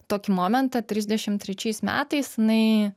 tokį momentą trisdešim trečiais metais jinai